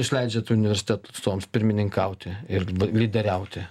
jūs leidžiat universitetų atstovams pirmininkauti ir lyderiauti